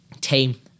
team